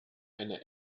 eine